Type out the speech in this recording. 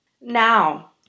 Now